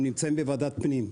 הם נמצאים בוועדת פנים,